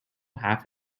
half